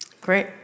great